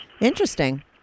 Interesting